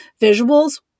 Visuals